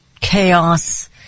chaos